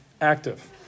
active